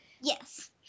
Yes